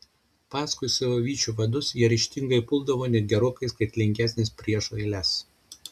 paskui savo vyčių vadus jie ryžtingai puldavo net gerokai skaitlingesnes priešų eiles